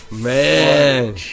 man